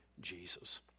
Jesus